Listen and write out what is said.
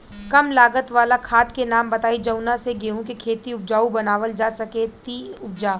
कम लागत वाला खाद के नाम बताई जवना से गेहूं के खेती उपजाऊ बनावल जा सके ती उपजा?